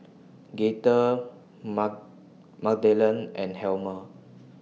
Gaither Magdalen and Helmer